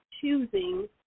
choosing